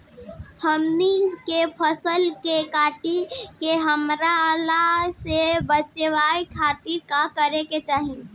हमनी के फसल के कीट के हमला से बचावे खातिर का करे के चाहीं?